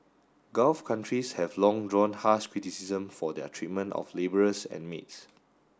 Gulf countries have long drawn harsh criticism for their treatment of labourers and maids